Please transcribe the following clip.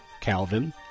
Calvin